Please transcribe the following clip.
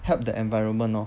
help the environment lor